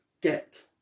get